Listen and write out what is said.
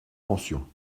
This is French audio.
pension